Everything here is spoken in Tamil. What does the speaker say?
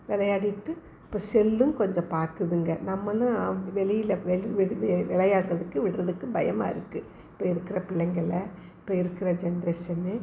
விளையாடிட்டு இப்போ செல்லும் கொஞ்சம் பார்க்குதுங்க நம்மளும் வெளியில் வெல் வெல் வெ விளையாடுறதுக்கு விடறதுக்கு பயமாக இருக்குது இப்போ இருக்கிற பிள்ளைங்களை இப்போ இருக்கிற ஜென்ரேஷன்னு